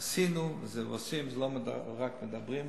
עשינו ועושים ולא רק מדברים.